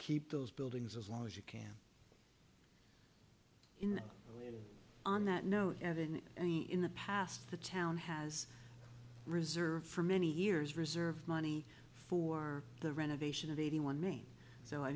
keep those buildings as long as you can in on that note evident in the past the town has reserved for many years reserve money for the renovation of eighty one main so i